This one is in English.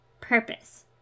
purpose